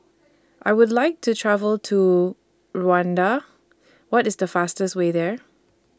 I Would like to travel to Rwanda What IS The fastest Way There